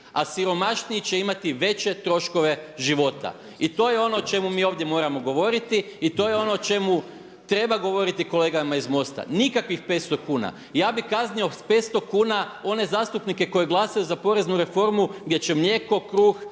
a siromašniji će imati veće troškove života. I to je ono o čemu mi ovdje moramo govoriti. I to je ono o čemu treba govoriti kolegama iz MOST-a. Nikakvih 500 kuna. Ja bih kaznio sa 500 kuna one zastupnike koji glasaju za poreznu reformu gdje će mlijeko, kruh